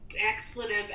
expletive